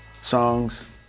songs